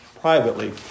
privately